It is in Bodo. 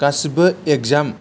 गासिबो एगजाम